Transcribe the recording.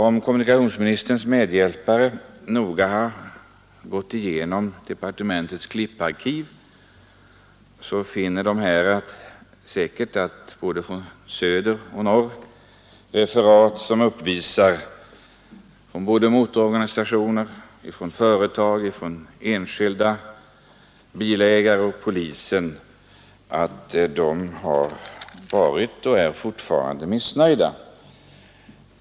Om kommunikationsministerns medhjälpare noga gått igenom departementets klipparkiv har de säkert funnit referat både från söder och från norr som visar att såväl motororganisationer som företag, enskilda bilägare och polisen har varit och är missnöjda.